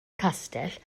castell